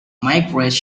migrate